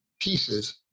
pieces